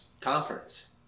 Conference